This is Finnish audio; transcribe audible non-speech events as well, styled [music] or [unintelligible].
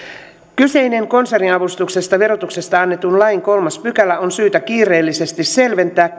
kyseinen konserniavustuksesta verotuksessa annetun lain kolmas pykälä on syytä kiireellisesti selventää [unintelligible]